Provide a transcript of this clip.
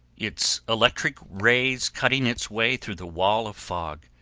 its electric rays cutting its way through the wall of fog,